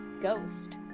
ghost